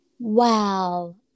Wow